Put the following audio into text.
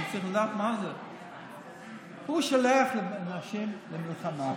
אם הוא שולח אנשים למלחמות,